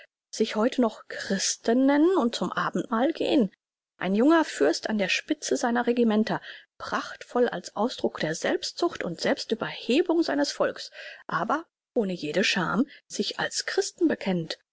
sich heute noch christen nennen und zum abendmahl gehn ein junger fürst an der spitze seiner regimenter prachtvoll als ausdruck der selbstsucht und selbstüberhebung seines volks aber ohne jede scham sich als christen bekennend